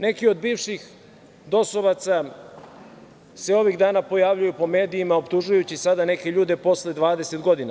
Neki od bivših DOS-ovaca, se ovih dana pojavljuju po medijima optužujući sada neke ljude posle 20 godina.